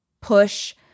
push